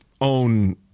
own